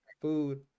food